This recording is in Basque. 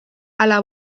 ala